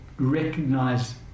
recognize